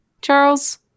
charles